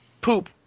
poop